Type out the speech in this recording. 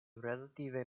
relative